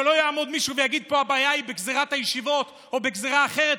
שלא יעמוד מישהו ויגיד פה: הבעיה היא בגזרת הישיבות או בגזרה אחרת,